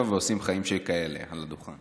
בן 37, ועושים חיים שכאלה על הדוכן.